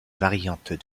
variantes